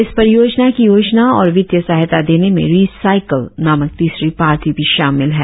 इस परियोजना की योजना और वित्तीय सहायता देने में रिसाइकल नामक तिसरी पार्टी भी शामिल है